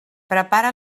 prepara